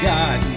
God